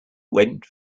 went